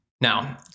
Now